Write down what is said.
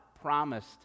promised